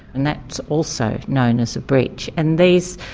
and that's also known as a breach, and these.